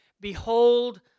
Behold